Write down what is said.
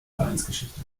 vereinsgeschichte